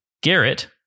Garrett